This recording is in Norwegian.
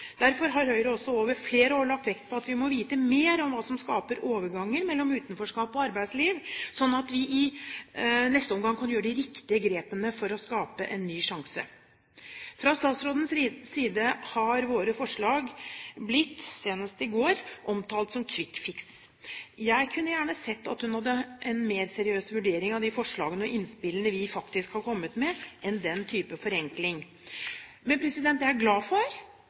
Derfor har Høyre over flere år lagt vekt på at vi må vite mer om hva som skaper overganger mellom utenforskap og arbeidsliv, slik at vi i neste omgang kan gjøre de riktige grepene for å skape en ny sjanse. Fra statsrådens side har våre forslag blitt – senest i går – omtalt som «quick fix». Jeg kunne gjerne sett at hun hadde en mer seriøs vurdering av de forslagene og innspillene vi har kommet med, enn den type forenkling. Jeg er glad for